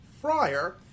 Fryer